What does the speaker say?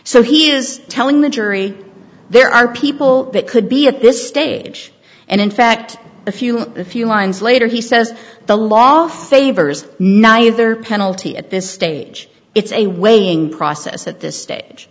so he is telling the jury there are people that could be at this stage and in fact a few a few lines later he says the law favors neither penalty at this stage it's a waiting process at this stage